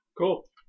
Cool